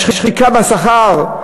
בשחיקה בשכר,